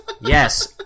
yes